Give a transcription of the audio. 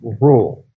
rule